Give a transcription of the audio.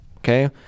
Okay